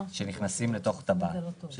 אתה נוסע שלוש דקות או ארבע דקות באוטו ואתה תצטרך